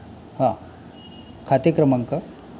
हां खाते क्रमांक